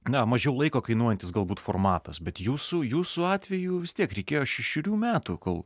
na mažiau laiko kainuojantis galbūt formatas bet jūsų jūsų atveju vis tiek reikėjo šešerių metų kol